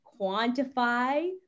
quantify